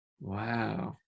Wow